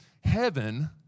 Heaven